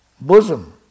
bosom